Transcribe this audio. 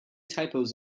typos